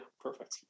perfect